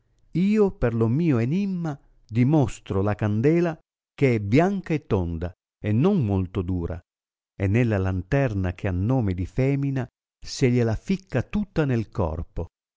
io per lo mio enimma dimostro la candela che è bianca e tonda e non molto dura e nella lanterna che ha nome di l'emina se glie ficca tutta nel corpo